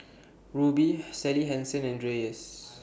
Rubi Sally Hansen and Dreyers